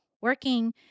working